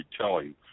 telling